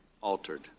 altered